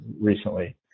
recently